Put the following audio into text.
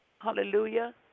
Hallelujah